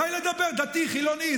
די לדבר: דתי, חילוני.